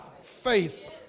faith